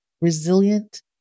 resilient